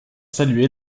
salué